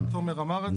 תומר אמר את זה.